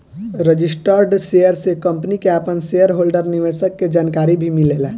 registered share से company के आपन शेयर होल्डर निवेशक के जानकारी भी मिलेला